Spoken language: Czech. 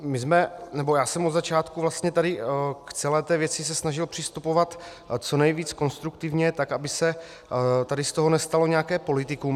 My jsme, nebo já jsem se od začátku vlastně tady k celé té věci snažil přistupovat co nejvíc konstruktivně, tak aby se tady z toho nestalo nějaké politikum.